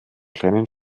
kleinen